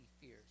fears